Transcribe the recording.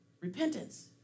repentance